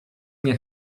nie